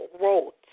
wrote